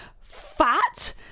fat